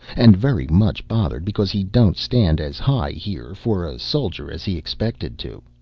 and very much bothered because he don't stand as high, here, for a soldier, as he expected to.